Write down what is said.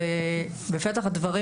בפתח הדברים,